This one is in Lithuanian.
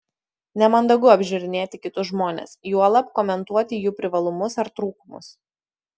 nemandagu apžiūrinėti kitus žmones juolab komentuoti jų privalumus ar trūkumus